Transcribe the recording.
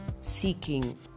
seeking